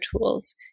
tools